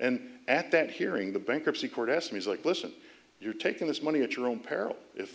and at that hearing the bankruptcy court asked me like listen you're taking this money at your own peril if the